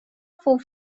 for